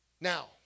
Now